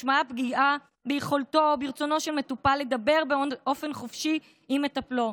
משמעה פגיעה ביכולתו או ברצונו של מטופל לדבר באופן חופשי עם מטפלו,